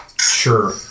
Sure